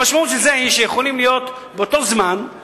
המשמעות של זה היא שיכולים להיות באותו מחקר,